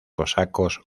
cosacos